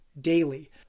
daily